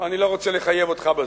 אני לא רוצה לחייב אותך בזה,